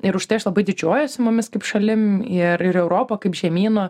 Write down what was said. ir už tai aš labai didžiuojuosi mumis kaip šalim ir ir europa kaip žemynu